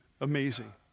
Amazing